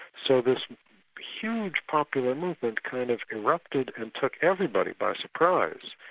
so this huge popular movement kind of erupted and took everybody by surprise.